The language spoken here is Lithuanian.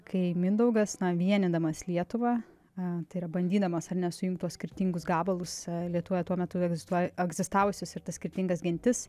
kai mindaugas na vienydamas lietuvą a tai yra bandydamas ar ne sujung tuos skirtingus gabalus lietuvoje tuo metu visai egzistuo egzistavusius ir tas skirtingas gentis